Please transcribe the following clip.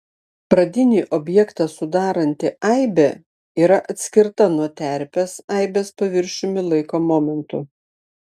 pradinį objektą sudaranti aibė yra atskirta nuo terpės aibės paviršiumi laiko momentu